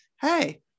Hey